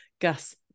Gus